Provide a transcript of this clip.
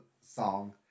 song